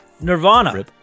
Nirvana